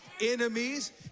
enemies